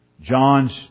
John's